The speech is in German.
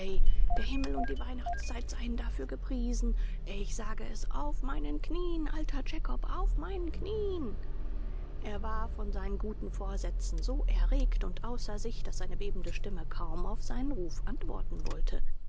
der himmel und die weihnachtszeit seien dafür gepriesen ich sage es auf meinen knieen alter jakob auf meinen knieen er war von seinen guten vorsätzen so erregt und außer sich daß seine bebende stimme kaum auf seinen ruf antworten wollte